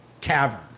cavern